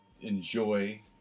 enjoy